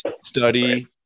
study